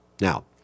Now